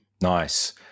nice